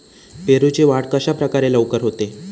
पेरूची वाढ कशाप्रकारे लवकर होते?